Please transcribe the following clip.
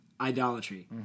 idolatry